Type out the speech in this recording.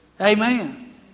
Amen